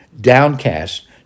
downcast